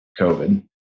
COVID